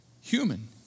Human